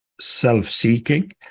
self-seeking